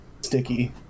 sticky